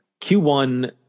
q1